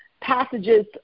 passages